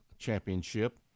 championship